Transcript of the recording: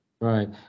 right